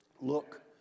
Look